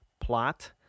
plot